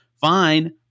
fine